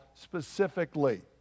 specifically